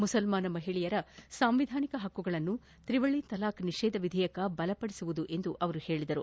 ಮುಸಲ್ಮಾನ ಮಹಿಳೆಯರ ಸಾಂವಿಧಾನಿಕ ಹಕ್ಕುಗಳನ್ನು ತ್ರಿವಳಿ ತಲಾಕ್ ನಿಷೇಧ ವಿಧೇಯಕ ಬಲಪಡಿಸಲಿದೆ ಎಂದು ಅವರು ಹೇಳಿದರು